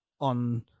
on